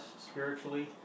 spiritually